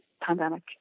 pandemic